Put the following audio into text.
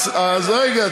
אז רגע,